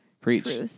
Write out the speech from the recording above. Preach